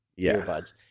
earbuds